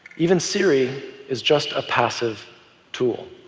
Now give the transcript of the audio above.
even siri is just a passive tool.